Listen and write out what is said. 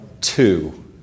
two